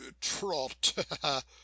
Trot